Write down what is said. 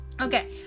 Okay